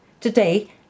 Today